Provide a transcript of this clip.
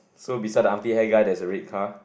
so beside the armpit hair guy there's a red car